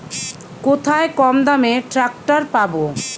কোথায় কমদামে ট্রাকটার পাব?